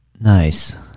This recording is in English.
Nice